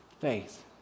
Faith